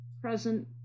present